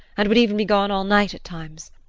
and would even be gone all night at times.